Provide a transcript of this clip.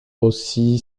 aussi